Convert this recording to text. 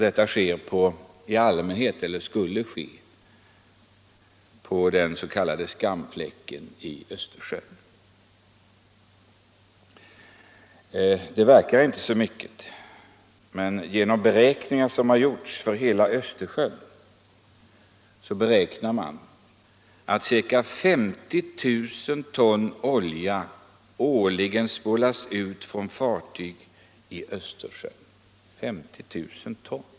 Detta skulle ske på den s.k. skamfläcken i Östersjön. Det verkar inte vara så mycket, men beräkningar som har gjorts för hela Östersjön visar att ca 50 000 ton olja årligen spolas ut från fartyg i Östersjön.